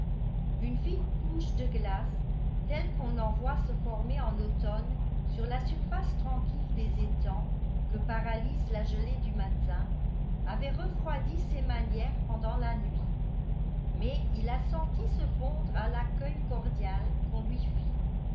une fine couche de glace telle qu'on en voit se former en automne sur la surface tranquille des étangs que paralyse la gelée du matin avait refroidi ses manières pendant la nuit mais il la sentit se fondre à l'accueil cordial qu'on lui fit